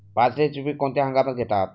बाजरीचे पीक कोणत्या हंगामात घेतात?